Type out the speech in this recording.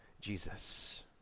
Jesus